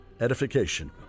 edification